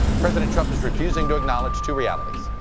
president trump is refusing to acknowledge two realities,